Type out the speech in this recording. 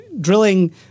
Drilling—